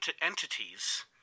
entities